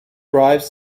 drives